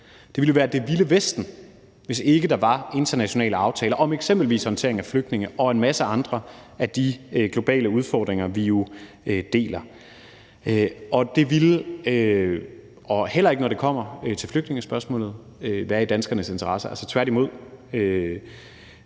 Det ville være det vilde vesten, hvis ikke der var internationale aftaler om eksempelvis håndtering af flygtninge og en masse andre af de globale udfordringer, vi jo deler. Og heller ikke, når det kommer til flygtningespørgsmålet, vil det være i danskernes interesse, altså tværtimod.